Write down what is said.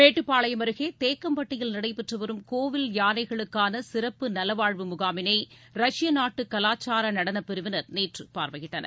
மேட்டுப்பாளையம் அருகே தேக்கம்பட்டியில் நடைபெற்று வரும் கோவில் யானைகளுக்கான சிறப்பு நலவாழ்வு முகாமினை ரஷ்ய நாட்டு கலாச்சார நடனப் பிரிவினர் நேற்று பார்வையிட்டனர்